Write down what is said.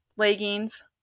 Leggings